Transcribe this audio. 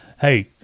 hey